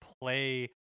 play